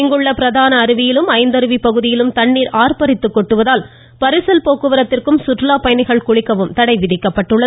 இங்குள்ள பிரதான அருவியிலும் ஐந்தருவி பகுதியிலும் தண்ணீர் ஆர்ப்பரித்துக் கொட்டுவதால் பரிசல் போக்குவரத்திற்கும் சுற்றுலாப் பயணிகள் குளிப்பதற்கும் தடை விதிக்கப்பட்டுள்ளது